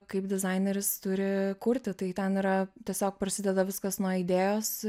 kaip dizaineris turi kurti tai ten yra tiesiog prasideda viskas nuo idėjos